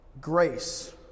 Grace